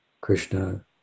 Krishna